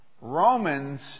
Romans